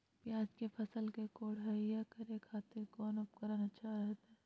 प्याज के फसल के कोढ़ाई करे खातिर कौन उपकरण अच्छा रहतय?